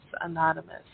Anonymous